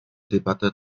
debatte